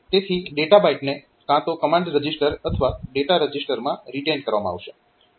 તેથી ડેટા બાઈટને કાં તો કમાન્ડ રજીસ્ટર અથવા ડેટા રજીસ્ટરમાં રિટેઈન કરવામાં આવશે